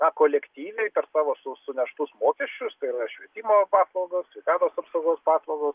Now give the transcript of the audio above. na kolektyviai per savo su suneštus mokesčius tai yra švietimo paslaugos sveikatos apsaugos paslaugos